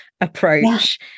approach